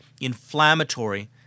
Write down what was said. inflammatory